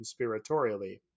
conspiratorially